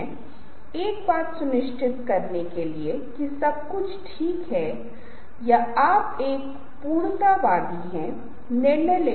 वे बहुत कम हैं और यदि कोई उन 10 या 20 स्लाइडों को देखता है तो उसे इस बारे में बहुत कम जानकारी होती है कि पूरा विषय क्या है